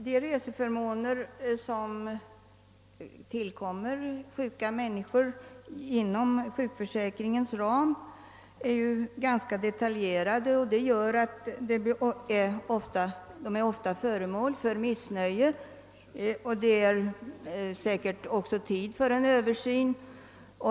Herr talman! Bestämmelserna om reseersättningsförmånerna inom sjukförsäkringen är ganska detaljerade. De är. också ofta föremål för missnöje. Det är säkerligen tid för en översyn av bestämmelserna.